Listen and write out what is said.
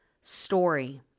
story